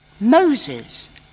Moses